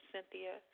Cynthia